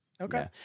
Okay